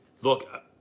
look